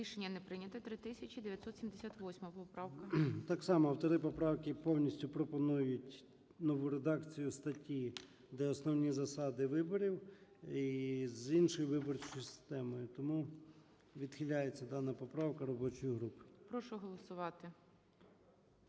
Рішення не прийнято. 3978 поправка. 13:30:15 ЧЕРНЕНКО О.М. Так само автори поправки повністю пропонують нову редакцію статті, де основні засади виборів і з іншою виборчою системою. Тому відхиляється дана поправка робочою групою. ГОЛОВУЮЧИЙ. Прошу голосувати.